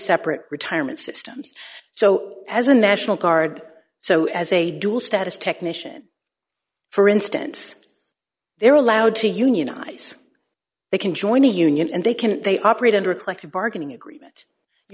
separate retirement systems so as a national guard so as a dual status technician for instance they're allowed to unionize they can join a union and they can and they operate under a collective bargaining agreement you